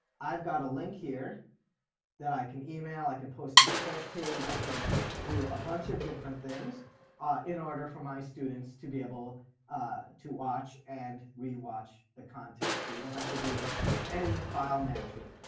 i've got a link here that i can email i can post to my course page, i can do a bunch of different things. reshan richards ah in order for my students to be able ah to watch and rewatch the content. so you don't have to do any file management.